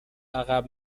عقب